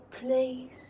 please